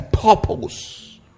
Purpose